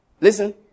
listen